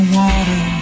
water